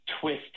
twist